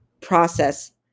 process